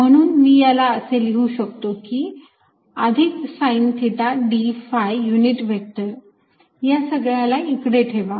म्हणून मी याला असे लिहू शकतो की अधिक sine theta d phi unit vector या सगळ्याला इकडे ठेवा